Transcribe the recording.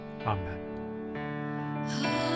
Amen